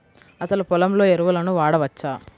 అసలు పొలంలో ఎరువులను వాడవచ్చా?